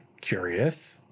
Curious